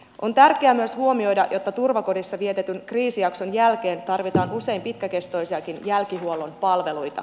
on tärkeää myös huomioida että turvakodissa vietetyn kriisijakson jälkeen tarvitaan usein pitkäkestoisiakin jälkihuollon palveluita